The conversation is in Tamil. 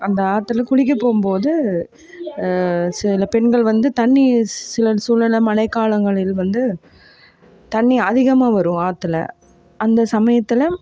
அந்த ஆற்றுல குளிக்கப் போகும்போது சில பெண்கள் வந்து தண்ணி சிலர் சூழ்நில மழைக்காலங்களில் வந்து தண்ணி அதிகமாக வரும் ஆற்றுல அந்த சமயத்தில்